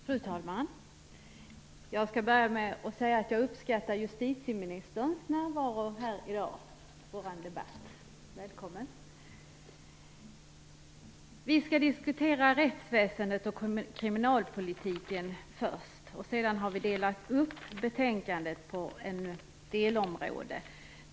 Fru talman! Jag skall börja med att jag säga att jag uppskattar justitieministerns närvaro här i dag vid vår debatt. Välkommen! Vi skall diskutera rättsväsendet och kriminalpolitiken först. Sedan har vi delat upp betänkandet på delområden.